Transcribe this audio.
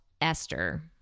Esther